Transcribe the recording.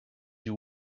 you